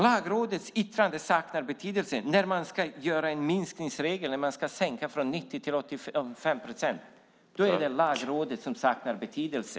Lagrådets yttrande saknar betydelse när man inför en minskningsregel och sänker från 90 till 85 procent. Då saknar Lagrådet betydelse.